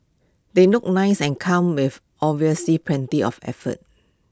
they look nice and come with obviously plenty of effort